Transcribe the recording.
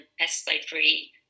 pesticide-free